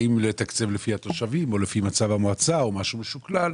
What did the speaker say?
האם לתקצב לפי התושבים או לפי מצב המועצה או משהו משוקלל.